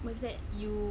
was that you